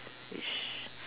which